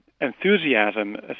enthusiasm